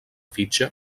fitxa